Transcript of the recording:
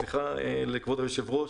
סליחה, כבוד היושב-ראש.